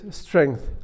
strength